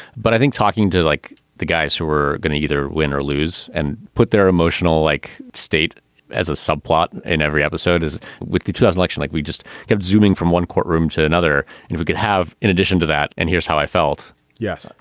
but i think talking to like the guys who were going to either win or lose and put their emotional like state as a subplot in every episode is with the us election, like we just have zooming from one courtroom to another and we could have in addition to that. and here's how i felt. yes,